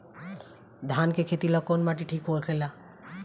धान के खेती ला कौन माटी ठीक होखेला?